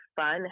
fun